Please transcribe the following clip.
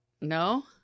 no